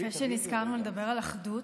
טוב, יפה שנזכרנו לדבר על אחדות.